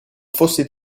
fosse